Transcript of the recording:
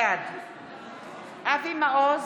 בעד אבי מעוז,